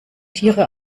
tiere